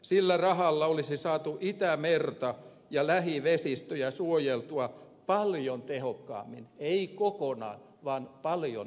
sillä rahalla olisi saatu itämerta ja lähivesistöjä suojeltua paljon tehokkaammin ei kokonaan vaan paljon tehokkaammin